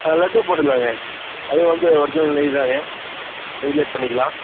ஆ லட்டும் போட்டுடலாங்க அது வந்து ஒர்ஜினல் நெய் தான்ங்க நெய்லேயே பண்ணிக்கலாம்